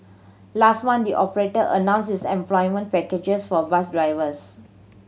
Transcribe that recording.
last month the operator announced its employment package for bus drivers